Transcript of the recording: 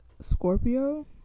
Scorpio